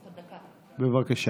בבקשה,